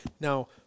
Now